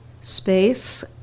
space